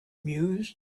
mused